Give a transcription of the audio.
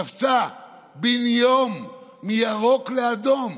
קפצה בן יום מירוק לאדום?